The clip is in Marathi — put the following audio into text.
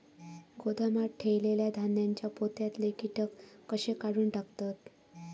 गोदामात ठेयलेल्या धान्यांच्या पोत्यातले कीटक कशे काढून टाकतत?